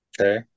Okay